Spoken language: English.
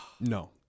No